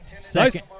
Second